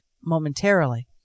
momentarily